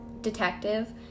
detective